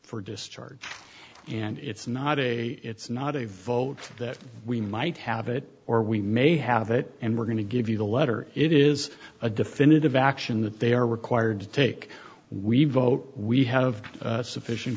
for discharge and it's not a it's not a vote that we might have it or we may have it and we're going to give you the letter it is a definitive action that they are required to take we vote we have sufficient